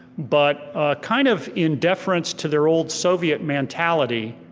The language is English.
but kind of in deference to their old soviet mentality,